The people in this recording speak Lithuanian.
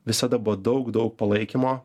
visada buvo daug daug palaikymo